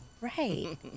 Right